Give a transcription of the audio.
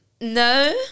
No